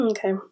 Okay